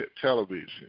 television